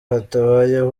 hatabayeho